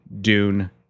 Dune